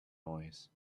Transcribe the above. noise